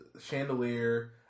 Chandelier